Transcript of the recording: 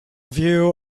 view